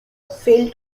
failed